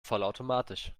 vollautomatisch